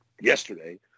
yesterday